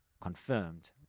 confirmed